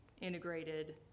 integrated